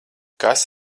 kas